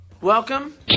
Welcome